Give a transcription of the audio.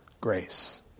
grace